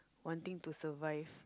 wanting to survive